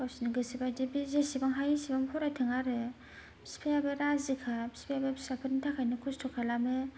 गावसिनि गोसो बादियै बे जेसेबां हायो एसेबां फरायथों आरो फिफायाबो राजिखा फिफायाबो फिसाफोरनि थाखायनो खस्थ' खालामो